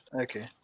Okay